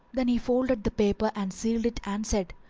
then he folded the paper and sealed it and said,